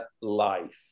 life